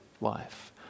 life